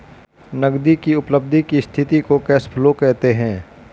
नगदी की उपलब्धि की स्थिति को कैश फ्लो कहते हैं